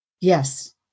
Yes